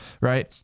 right